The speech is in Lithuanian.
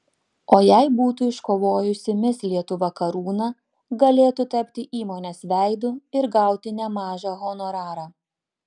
o jei būtų iškovojusi mis lietuva karūną galėtų tapti įmonės veidu ir gauti nemažą honorarą